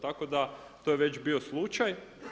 Tako da to je već bio slučaj.